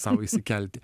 sau išsikelti